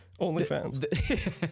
OnlyFans